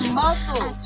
muscle